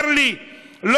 אומר לי "לא"?